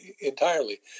entirely